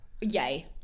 yay